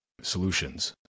solutions